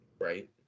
Right